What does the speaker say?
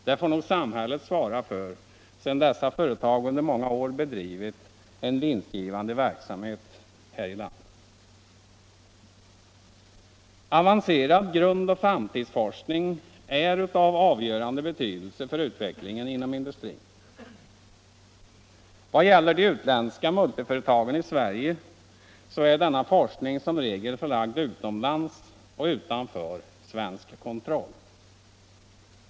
Den får nog samhället svara för sedan dessa företag under många år bedrivit en vinstgivande verksamhet här i landet. Avancerad grundoch framtidsforskning är av avgörande betydelse för utvecklingen inom industrin. Vad gäller de utlandsägda multiföretagen i Sverige är denna forskning som regel förlagd utomlands och utanför svensk kontroll.